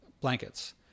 blankets